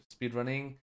Speedrunning